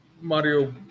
mario